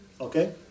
Okay